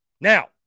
Now